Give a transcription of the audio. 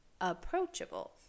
Approachable